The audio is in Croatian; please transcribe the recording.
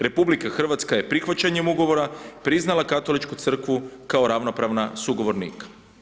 RH je prihvaćanjem ugovora priznala Katoličku crkvu kao ravnopravna sugovornika.